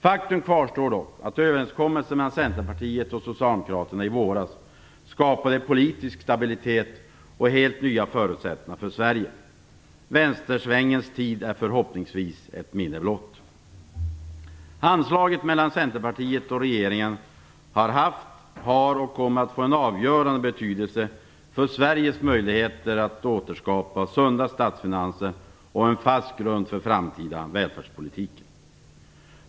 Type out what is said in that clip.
Faktum kvarstår dock att överenskommelsen mellan Centerpartiet och Socialdemokraterna i våras skapade politisk stabilitet och helt nya förutsättningar för Sverige. Vänstersvängens tid är förhoppningsvis ett minne blott. Handslaget mellan centerpartiet och regeringen har haft, har och kommer att få en avgörande betydelse för Sveriges möjligheter att återskapa sunda statsfinanser och en fast grund för framtida välfärdspolitik.